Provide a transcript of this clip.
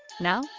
Now